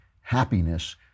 happiness